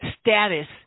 status